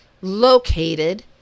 located